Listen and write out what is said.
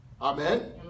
Amen